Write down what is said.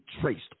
traced